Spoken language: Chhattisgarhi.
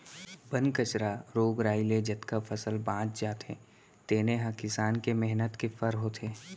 बन कचरा, रोग राई ले जतका फसल बाँच जाथे तेने ह किसान के मेहनत के फर होथे